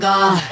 God